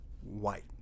white